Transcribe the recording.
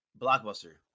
Blockbuster